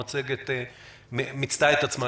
המצגת מיצתה את עצמה,